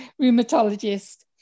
rheumatologist